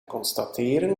constateren